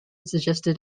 suggested